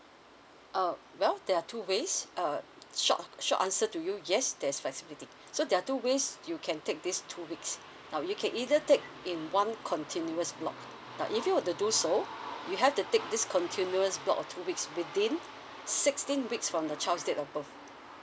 uh well there are two ways err short short answer to you yes there's flexibilities so there are two ways you can take these two weeks now you can either take in one continuous block but if you were to do so you have to take this continuous block of two weeks within sixteen weeks from the child's date of birth